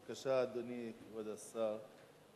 בבקשה, אדוני, כבוד השר,